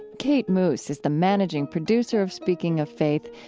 kate moos is the managing producer of speaking of faith.